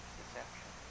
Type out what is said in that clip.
deception